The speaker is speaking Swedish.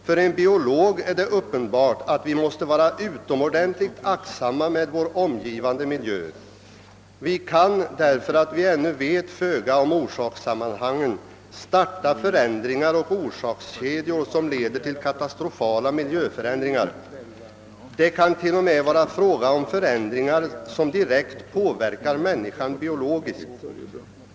För en biolog är det uppenbart att vi måste vara utomordentligt aktsamma med vår om givande miljö. Vi kan, därför att vi ännu vet föga om orsakssammanhangen, starta förändringar och orsakskedjor som leder till katastrofala miljöförändringar. Det kan t.o.m. vara fråga om förändringar som direkt påverkar människan biologiskt.